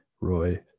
Roy